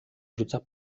rzuca